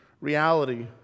reality